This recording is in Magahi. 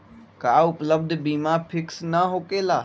का उपलब्ध बीमा फिक्स न होकेला?